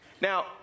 Now